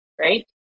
right